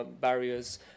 barriers